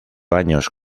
años